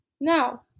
Now